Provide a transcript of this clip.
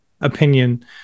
opinion